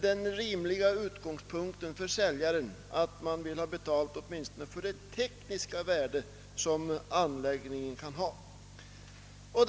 Den rimliga utgångspunkten för säljaren är väl att få betalt åtminstone för anläggningens tekniska värde.